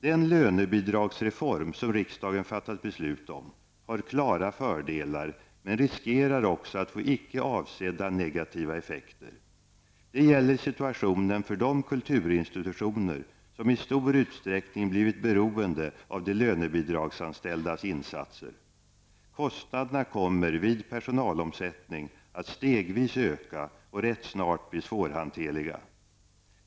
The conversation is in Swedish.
Den lönebidragsreform som riksdagen fattat beslut om har klara fördelar, men riskerar också att få icke avsedda negativa effekter. Det gäller situationen för de kulturinstitutioner som i stor utsträckning blivit beroende av de lönebidragsanställdas insatser. Kostnaderna kommer vid personalomsättning att stegvis öka och rätt snart bli svårhanterliga.